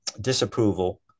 disapproval